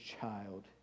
child